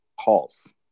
calls